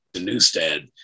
Newstead